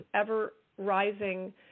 ever-rising